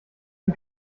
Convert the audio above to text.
bin